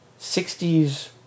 60's